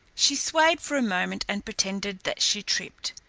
she swayed for a moment and pretended that she tripped.